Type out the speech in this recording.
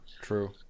True